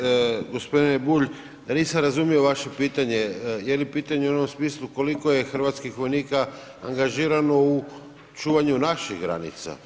Moram priznati gospodine Bulj da nisam razumio vaše pitanje, je li pitanje u onom smislu koliko je hrvatskih vojnika angažirano u čuvanju naših granica.